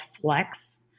Flex